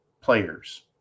players